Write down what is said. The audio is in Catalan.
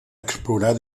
explorar